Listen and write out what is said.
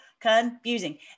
confusing